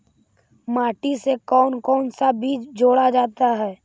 माटी से कौन कौन सा बीज जोड़ा जाता है?